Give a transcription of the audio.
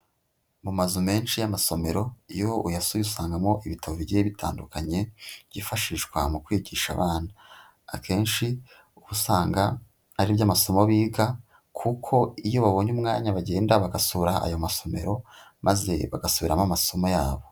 Mu mazu menshi y'amasomero, iyo uyasuye usangamo ibitabo bigiye bitandukanye, byifashishwa mu kwigisha abana. Akenshi usanga ari iby'amasomo biga kuko iyo babonye umwanya bagenda bagasura ayo masomero, maze bagasubiramo amasomo yabo.